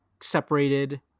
separated